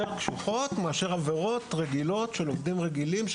קשוחות מאשר עבירות רגילות של עובדים רגילים.